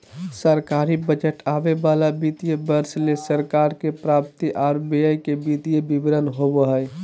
सरकारी बजट आवे वाला वित्तीय वर्ष ले सरकार के प्राप्ति आर व्यय के वित्तीय विवरण होबो हय